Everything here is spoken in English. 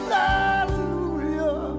hallelujah